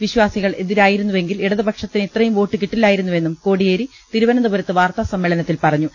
വിശ്വാസികൾ എതിരായിരുന്നെങ്കിൽ ഇട്ടതുപ്പക്ഷത്തിന് ഇത്രയും വോട്ട് കിട്ടില്ലായിരുന്നുവെന്നും കോടീയേരി പിന്നീട് തിരുവന ന്തപുരത്ത് വാർത്താസമ്മേളനത്തിൽ പ്പറഞ്ഞു